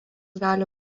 gali